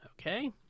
Okay